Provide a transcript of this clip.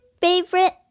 favorite